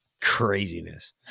craziness